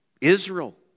Israel